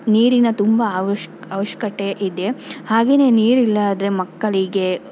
ನೀರಿನ ತುಂಬ ಅವಶ್ ಅವಶ್ಯಕತೆ ಇದೆ ಹಾಗೇನೆ ನೀರಿಲ್ಲಾದರೆ ಮಕ್ಕಳಿಗೆ